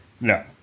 No